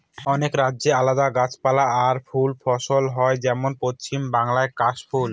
অনেক রাজ্যে আলাদা গাছপালা আর ফুল ফসল হয় যেমন পশ্চিম বাংলায় কাশ ফুল